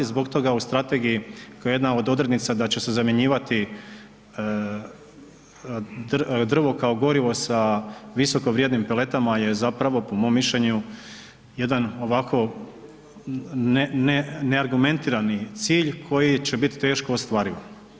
Zbog toga u strategiji kao jedna od odrednica da će se zamjenjivati drvo kao gorivo sa visoko vrijednim peletima je zapravo po mom mišljenju jedan ovako neargumentirani cilj koji će biti teško ostvariv.